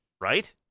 Right